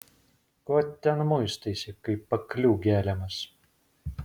ko ten muistaisi kaip aklių geliamas